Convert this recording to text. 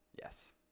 yes